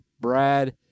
Brad